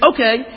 Okay